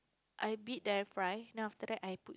I beat then I fry then after I